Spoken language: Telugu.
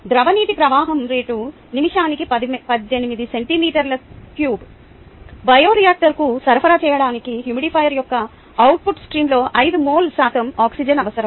ద్రవ నీటి ప్రవాహం రేటు నిమిషానికి 18 సెంటీమీటర్ల క్యూబ్ బయోరియాక్టర్కు సరఫరా చేయడానికి హ్యూమిడిఫైయర్ యొక్క అవుట్పుట్ స్ట్రీమ్లో 5 మోల్ శాతం ఆక్సిజన్ అవసరం